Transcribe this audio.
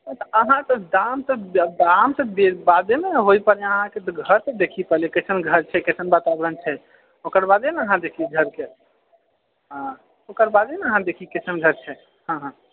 अहाँ तऽ दाम तऽ दाम तऽ बादेमे ने होइ पहिले अहाँकेँ घर तऽ देखि पहिले कइसन घर छै कइसन वातावरण छै ओकरबादे ने अहाँ देखि घरके हँ ओकरबादे ने अहाँ देखि कइसन घर छै हँ हँ